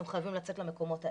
למקומות האלה,